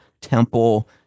temple